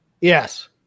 Yes